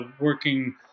working